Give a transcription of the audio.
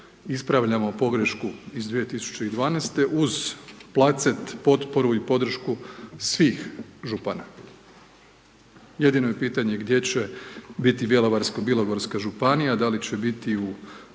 Ispravljamo pogrešku iz 2012. uz placet, potporu, podršku svih župana. Jedno je pitanje gdje će biti Bjelovarsko bilogorska županija, da li će biti u